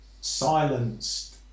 silenced